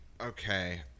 Okay